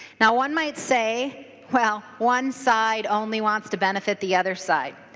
now one might say well one side only wants to benefit the other side.